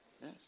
Yes